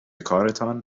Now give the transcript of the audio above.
کارتان